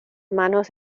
manos